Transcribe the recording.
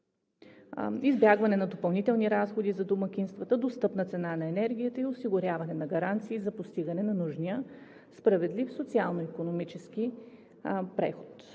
избягване на допълнителни разходи за домакинствата, достъпна цена на енергията и осигуряване на гаранции за постигане на нужния справедлив социално-икономически преход.